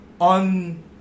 on